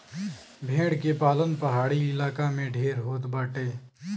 भेड़ के पालन पहाड़ी इलाका में ढेर होत बाटे